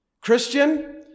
Christian